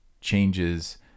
changes